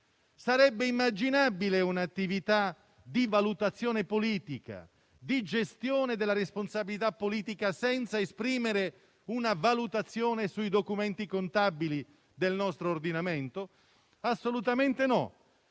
Sarebbe immaginabile un'attività di valutazione politica e di gestione della responsabilità politica, senza esprimere una valutazione sui documenti contabili del nostro ordinamento? Assolutamente no!